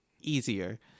easier